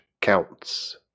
counts